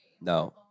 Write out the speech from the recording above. No